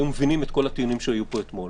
הם היו מבינים את כל הטיעונים שהיו פה אתמול.